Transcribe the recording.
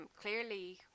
clearly